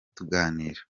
tuganira